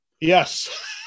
yes